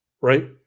right